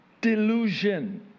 delusion